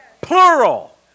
Plural